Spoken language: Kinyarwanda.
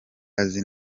azi